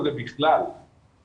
אנחנו לא עובדים בפרויקט של מנה חמה,